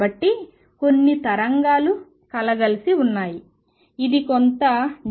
కాబట్టి కొన్ని తరంగాలు కలగలిసి ఉన్నాయి ఇది కొంత k